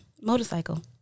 motorcycle